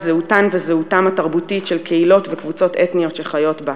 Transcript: זהותן התרבותית של קהילות וקבוצות אתניות שחיות בה,